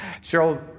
Cheryl